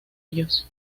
ellos